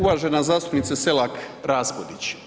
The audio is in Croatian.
Uvažena zastupnik Selak Raspudić.